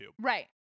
Right